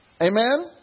Amen